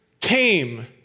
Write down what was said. came